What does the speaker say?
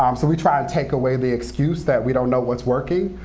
um so we try and take away the excuse that we don't know what's working.